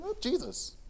Jesus